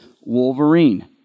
Wolverine